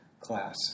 Class